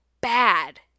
bad